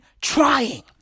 trying